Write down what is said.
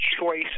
choice